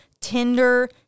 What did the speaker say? tinder